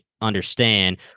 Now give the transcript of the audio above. understand